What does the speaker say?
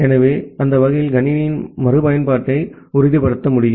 எனவே அந்த வகையில் கணினியின் மறுபயன்பாட்டை உறுதிப்படுத்த முடியும்